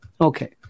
Okay